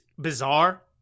bizarre